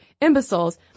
Imbeciles